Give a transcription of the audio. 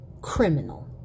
criminal